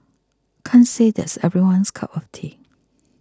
can't say that's everyone's cup of tea